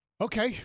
Okay